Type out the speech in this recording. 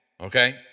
Okay